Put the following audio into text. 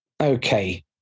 Okay